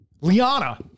Liana